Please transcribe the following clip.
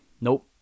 Nope